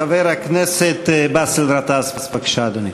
חבר הכנסת באסל גטאס, בבקשה, אדוני.